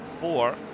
four